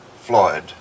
Floyd